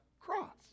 cross